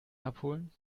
abholen